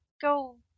go